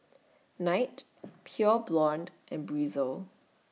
Knight Pure Blonde and Breezer